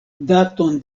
daton